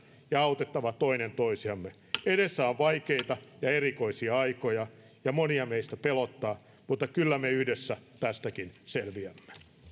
ja autettava toinen toisiamme edessä on vaikeita ja erikoisia aikoja ja monia meistä pelottaa mutta kyllä me yhdessä tästäkin selviämme